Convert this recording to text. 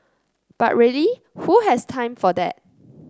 but really who has time for that